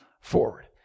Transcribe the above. forward